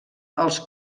els